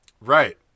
Right